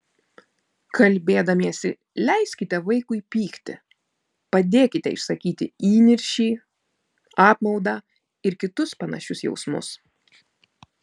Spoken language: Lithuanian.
kalbėdamiesi leiskite vaikui pykti padėkite išsakyti įniršį apmaudą ir kitus panašius jausmus